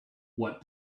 what